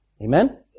Amen